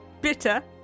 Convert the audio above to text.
Bitter